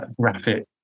graphic